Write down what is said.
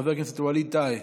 חבר הכנסת ווליד טאהא,